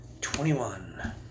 twenty-one